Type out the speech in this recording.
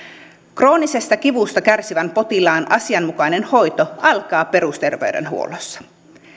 kroonisesta kivusta kärsivän potilaan asianmukainen hoito alkaa perusterveydenhuollossa